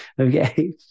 Okay